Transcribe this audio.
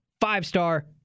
five-star